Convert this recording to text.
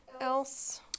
else